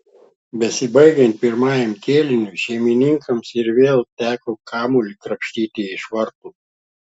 besibaigiant pirmajam kėliniui šeimininkams ir vėl teko kamuolį krapštyti iš vartų